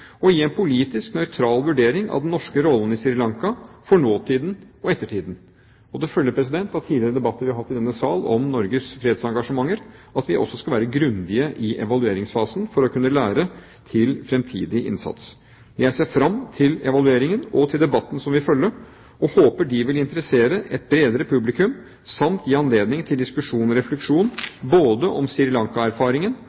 og gi en politisk nøytral vurdering av den norske rollen på Sri Lanka – for nåtiden og for ettertiden. Og det følger av tidligere debatter vi har hatt i denne sal om Norges fredsengasjementer, at vi også skal være grundige i evalueringsfasen for å kunne lære for fremtidig innsats. Jeg ser fram til evalueringen og til debatten som vil følge, og håper de vil interessere et bredere publikum samt gi anledning til diskusjon